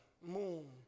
moon